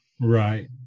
Right